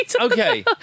okay